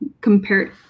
compared